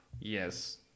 Yes